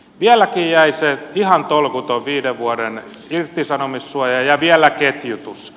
vieläkin jäi se ihan tolkuton viiden vuoden irtisanomissuoja ja vielä ketjutus